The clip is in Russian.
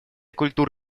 культур